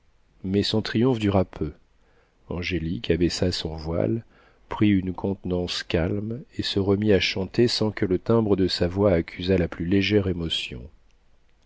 mais son triomphe dura peu angélique abaissa son voile prit une contenance calme et se remit à chanter sans que le timbre de sa voix accusât la plus légère émotion